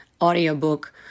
audiobook